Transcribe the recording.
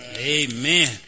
Amen